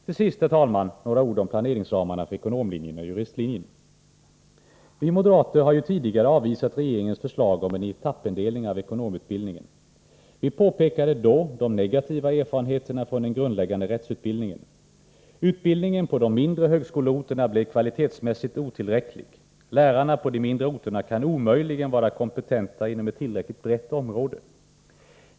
Till sist, herr talman, några ord om planeringsramarna för ekonomlinjen och juristlinjen. Vi moderater har ju tidigare avvisat regeringens förslag om en etappindelning av ekonomutbildningen. Vi påpekade då de negativa erfarenheterna från den grundläggande rättsutbildningen. Utbildningen på de mindre högskoleorterna blev kvalitetsmässigt otillräcklig. Lärarna på de mindre orterna kan omöjligen vara kompetenta inom ett tillräckligt brett område.